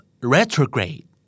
Retrograde